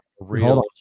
real